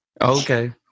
Okay